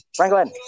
Franklin